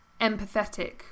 empathetic